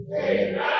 Amen